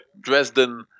Dresden